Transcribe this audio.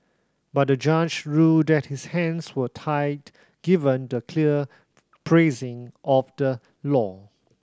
but the judge ruled that his hands were tied given the clear phrasing of the law